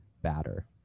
batter